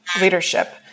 leadership